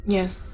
Yes